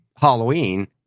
Halloween